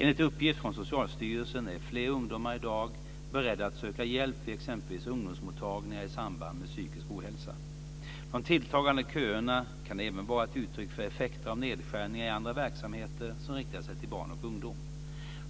Enligt uppgifter från Socialstyrelsen är fler ungdomar i dag beredda att söka hjälp vid exempelvis ungdomsmottagningar i samband med psykisk ohälsa. De tilltagande köerna kan även vara ett uttryck för effekter av nedskärningar i andra verksamheter som riktar sig till barn och ungdom.